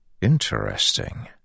Interesting